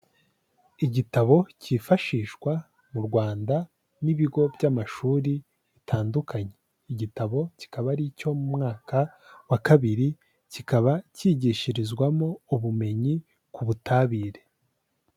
Igitabo cyifashishwa mu Rwanda n'ibigo by'amashuri bitandukanye, igitabo kikaba ari icyo mu mwaka wa kabiri, kikaba kigishirizwamo ubumenyi ku butabire.